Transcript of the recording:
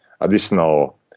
additional